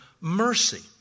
mercy